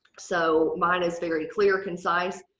so mine is very clear, concise.